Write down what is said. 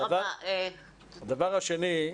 הדבר השני,